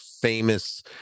famous